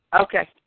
Okay